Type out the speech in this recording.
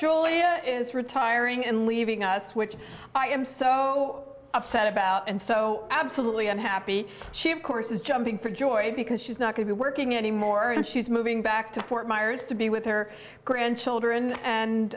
julia is retiring and leaving us which i am so upset about and so absolutely i'm happy she of course is jumping for joy because she's not going to be working anymore and she's moving back to fort myers to be with her grandchildren and